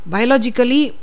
Biologically